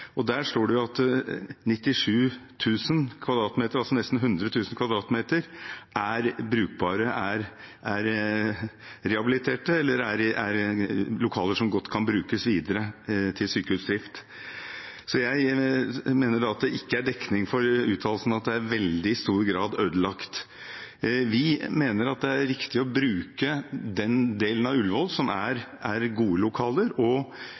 der de så på det alternativet. Der står det at 97 000 m 2 , altså nesten 100 000 m 2 , er brukbare, rehabiliterte lokaler som godt kan brukes videre til sykehusdrift. Jeg mener da at det ikke er dekning for uttalelsen at det i veldig stor grad er ødelagt. Vi mener det er riktig å bruke den delen av Ullevål som er gode lokaler,